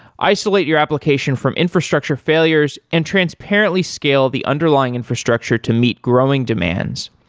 isolate your application from infrastructure failures and transparently scale the underlying infrastructure to meet growing demand,